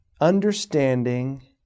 Understanding